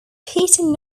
heaton